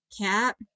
Cat